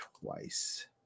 twice